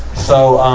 so, um,